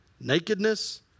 nakedness